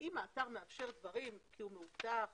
אם האתר מאפשר דברים כי הוא מאובטח